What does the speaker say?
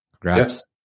Congrats